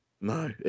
no